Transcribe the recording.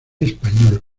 español